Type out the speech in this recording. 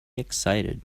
excited